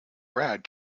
brad